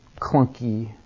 clunky